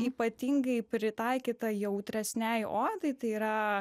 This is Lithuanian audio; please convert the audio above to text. ypatingai pritaikyta jautresnei odai tai yra